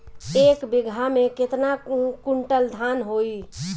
एक बीगहा में केतना कुंटल धान होई?